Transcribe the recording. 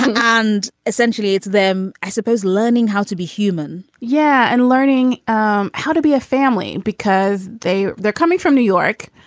and essentially it's them i suppose learning how to be human yeah. and learning um how to be a family because they they're coming from new york.